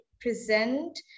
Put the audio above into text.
present